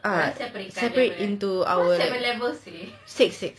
ah separate into our six six